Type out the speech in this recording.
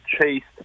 chased